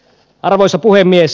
arvoisa puhemies